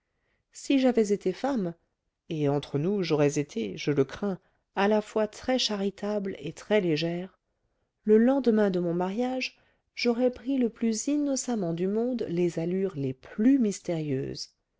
si j'avais été femme et entre nous j'aurais été je le crains à la fois très charitable et très légère le lendemain de mon mariage j'aurais pris le plus innocemment du monde les allures les plus mystérieuses